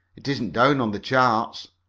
it isn't down on the charts.